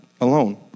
alone